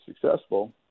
successful